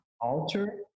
alter